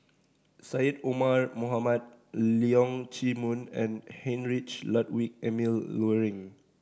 Syed Omar Mohamed Leong Chee Mun and Heinrich Ludwig Emil Luering